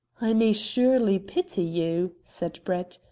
i may surely pity you, said brett,